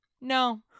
no